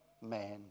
man